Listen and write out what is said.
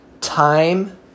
time